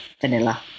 vanilla